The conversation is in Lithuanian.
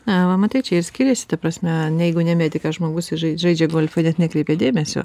na va matai čia ir skiriasi ta prasme jeigu ne medikas žmogus žaidžia golfą net nekreipia dėmesio